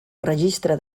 registre